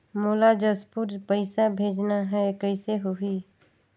मोला जशपुर पइसा भेजना हैं, कइसे होही?